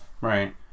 Right